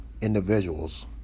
individuals